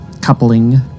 coupling